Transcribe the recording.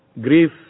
grief